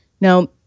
Now